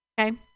okay